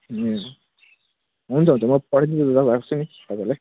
हुन्छ हुन्छ म पठाइदिइराख्छु नि तपाईँलाई